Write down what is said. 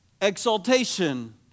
exaltation